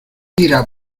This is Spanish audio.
tira